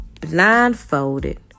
blindfolded